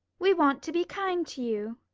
we want to be kind to you.